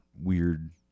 weird